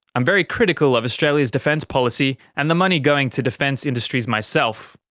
i'm very critical of australia's defence policy and the money going to defence industries myself.